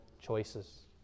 choices